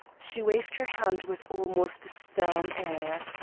she waved her hand with almost a stern air.